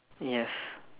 yes